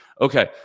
okay